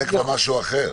זה כבר משהו אחר.